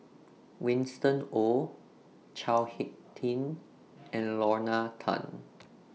Winston Oh Chao Hick Tin and Lorna Tan